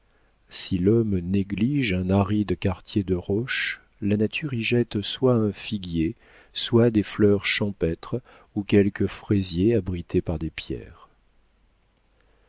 si l'homme néglige un aride quartier de roche la nature y jette soit un figuier soit des fleurs champêtres ou quelques fraisiers abrités par des pierres